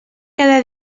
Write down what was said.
cada